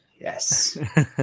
Yes